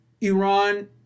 Iran